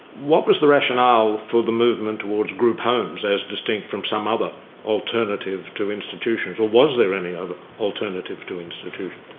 what was the rationale for the movement towards group homes, as distinct from some other alternative to institutions? or was there any other alternative to institutions?